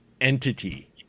entity